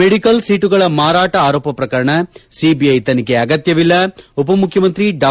medical ಸೀಟುಗಳ ಮಾರಾಟ ಆರೋಪ ಪ್ರಕರಣ ಸಿಬಿಐ ತನಿಖೆ ಅಗತ್ಯವಿಲ್ಲ ಉಪಮುಖ್ಯಮಂತ್ರಿ ಡಾ